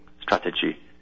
strategy